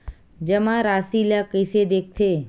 जमा राशि ला कइसे देखथे?